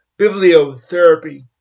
Bibliotherapy